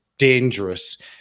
Dangerous